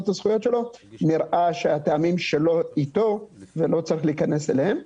את הזכויות שלו - נראה שהטעמים שלו איתו ולא צריך להיכנס אליהם.